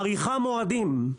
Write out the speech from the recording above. מאריכה מועדים,